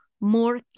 more